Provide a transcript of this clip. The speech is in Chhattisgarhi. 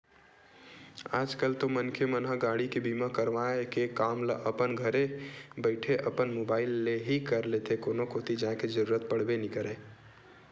आज कल तो मनखे मन ह गाड़ी के बीमा करवाय के काम ल अपन घरे बइठे अपन मुबाइल ले ही कर लेथे कोनो कोती जाय के जरुरत पड़बे नइ करय